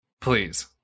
please